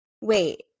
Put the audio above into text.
wait